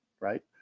right